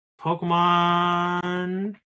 Pokemon